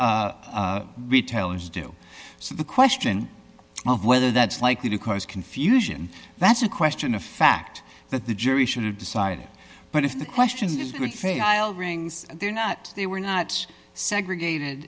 retailers do so the question of whether that's likely to cause confusion that's a question of fact that the jury should have decided but if the question is good faith i'll rings they're not they were not segregated